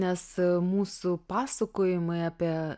nes mūsų pasakojimai apie